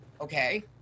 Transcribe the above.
Okay